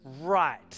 right